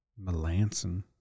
Melanson